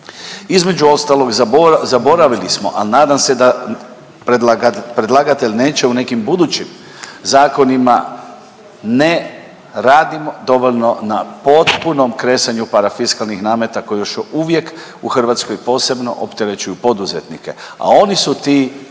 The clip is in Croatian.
Između ostalog zaboravili smo, a nadam se da predlagatelj neće u nekim budućim zakonima ne radimo dovoljno na potpunom kresanju parafiskalnih nameta koji još uvijek u Hrvatskoj posebno opterećuju poduzetnike, a oni su ti